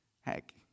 Heck